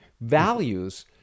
values